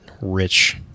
rich